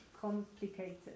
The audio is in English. complicated